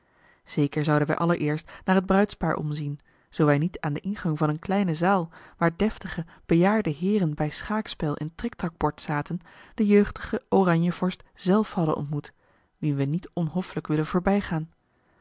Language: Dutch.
zeker zouden wij allereerst naar het bruidspaar omzien zoo wij niet aan den ingang van eene kleine zaal waar deftige bejaarde heeren bij schaakspel en trictracbord zaten den jeugdigen oranje vorst zelf hadden ontmoet wien we niet onhoffelijk willen voorbijgaan